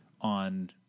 on